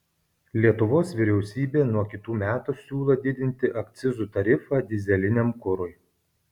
lietuvos vyriausybė nuo kitų metų siūlo didinti akcizų tarifą dyzeliniam kurui